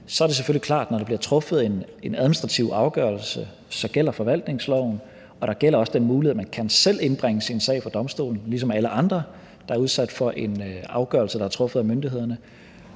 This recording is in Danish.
Så er det selvfølgelig klart, at når der bliver truffet en administrativ afgørelse, gælder forvaltningsloven, og der gælder også den mulighed, at man selv kan indbringe sin sag for domstolen, ligesom alle andre, der er udsat for en afgørelse, der er truffet af myndighederne.